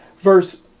verse